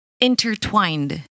intertwined